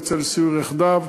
נצא לסיור יחדיו,